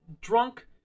drunk